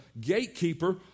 gatekeeper